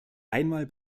einmal